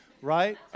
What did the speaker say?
right